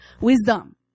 wisdom